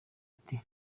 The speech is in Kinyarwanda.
ati